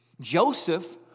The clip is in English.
Joseph